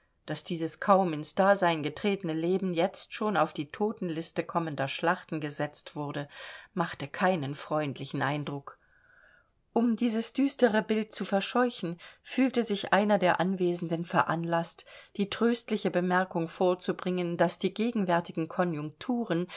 daß dieses kaum ins dasein getretene leben jetzt schon auf die totenliste kommender schlachten gesetzt wurde machte keinen freundlichen eindruck um dieses düstere bild zu verscheuchen fühlte sich einer der anwesenden veranlaßt die tröstliche bemerkung vorzubringen daß die gegenwärtigen konjunkturen